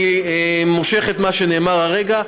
אני מושך את מה שנאמר הרגע,